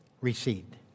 received